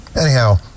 Anyhow